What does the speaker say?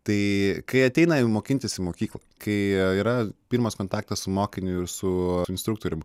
tai kai ateina jau mokintis į mokyklą kai yra pirmas kontaktas su mokiniu ir su instruktorium